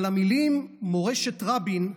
אבל המילים "מורשת רבין"